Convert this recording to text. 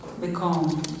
become